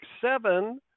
seven